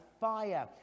fire